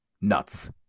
nuts